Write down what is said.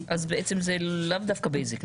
זה לאו דווקא בזק,